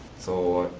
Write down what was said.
so,